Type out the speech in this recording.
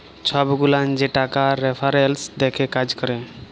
ছব গুলান যে টাকার রেফারেলস দ্যাখে কাজ ক্যরে